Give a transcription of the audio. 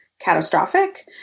catastrophic